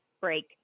break